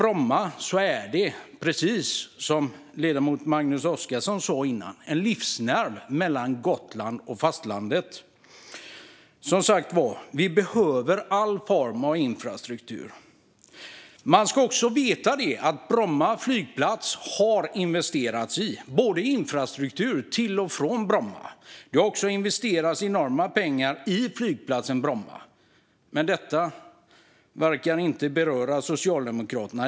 Bromma är, precis som ledamoten Magnus Oscarsson sa tidigare, en livsnerv mellan Gotland och fastlandet. Som sagt var: Vi behöver all form av infrastruktur. Man ska också veta att det har investerats vad gäller infrastruktur till och från Bromma flygplats, och det har också investerats enorma pengar i flygplatsen Bromma. Men detta verkar inte beröra Socialdemokraterna.